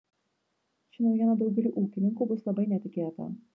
ši naujiena daugeliui ūkininkų bus labai netikėta